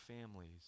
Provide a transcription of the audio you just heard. families